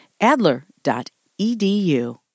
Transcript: Adler.edu